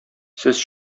сез